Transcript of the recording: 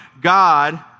God